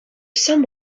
some